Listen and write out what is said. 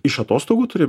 iš atostogų turim